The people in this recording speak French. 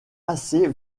assez